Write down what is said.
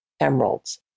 emeralds